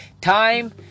Time